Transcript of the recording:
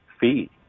fee